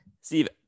Steve